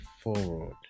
forward